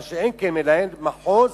מה שאין כן מנהל מחוז,